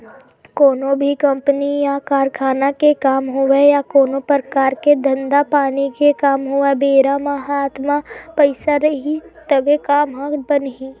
कोनो भी कंपनी या कारखाना के काम होवय या कोनो परकार के धंधा पानी के काम होवय बेरा म हात म पइसा रइही तभे काम ह बनही